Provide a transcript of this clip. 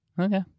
Okay